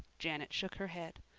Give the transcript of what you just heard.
janet shook her head.